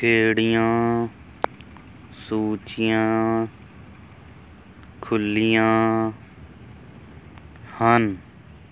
ਕਿਹੜੀਆਂ ਸੂਚੀਆਂ ਖੁੱਲ੍ਹੀਆਂ ਹਨ